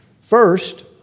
First